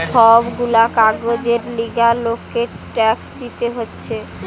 সব গুলা কাজের লিগে লোককে ট্যাক্স দিতে হতিছে